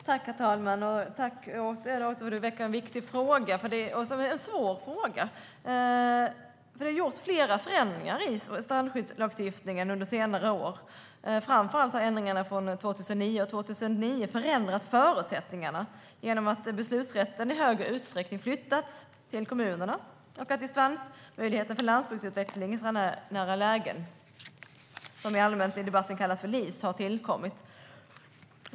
Herr talman! Tack återigen till interpellanten för att hon väcker en viktig fråga! Det är en svår fråga. Det har ju gjorts flera förändringar i strandskyddslagstiftningen under senare år. Framför allt har ändringarna från 2009 och 2010 förändrat förutsättningarna genom att beslutsrätten i högre utsträckning flyttats till kommunerna och att dispensmöjligheten för landsbygdsutveckling i strandnära lägen, som i debatten allmänt kallas för LIS, har tillkommit.